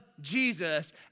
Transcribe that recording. Jesus